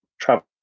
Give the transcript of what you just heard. travel